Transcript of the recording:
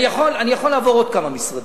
אני יכול לעבור עוד כמה משרדים.